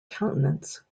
countenance